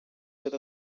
set